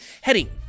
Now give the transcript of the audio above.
heading